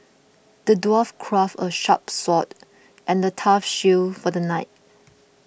the dwarf crafted a sharp sword and a tough shield for the knight